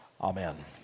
Amen